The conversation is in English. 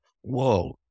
Whoa